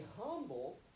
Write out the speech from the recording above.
humble